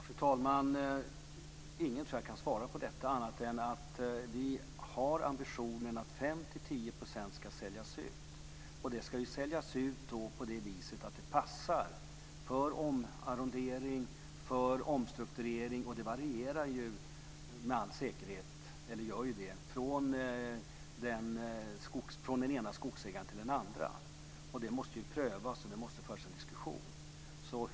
Fru talman! Ingen, tror jag, kan svara på detta annat än att vi har ambitionen att 5-10 % ska säljas ut och på det viset att det passar för omarrondering, för omstrukturering. Det varierar från den ena skogsägaren till den andra. Det måste prövas, och det måste föras en diskussion om detta.